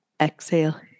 Exhale